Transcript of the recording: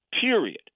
period